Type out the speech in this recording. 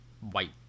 white